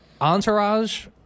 Entourage